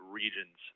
regions